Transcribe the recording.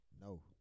No